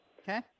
Okay